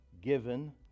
given